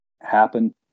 happen